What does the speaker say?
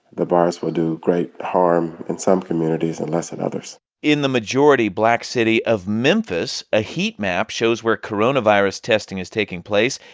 the virus will do great harm in some communities and less in and others in the majority black city of memphis, a heat map shows where coronavirus testing is taking place.